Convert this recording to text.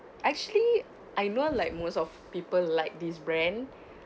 actually I know like most of people like this brand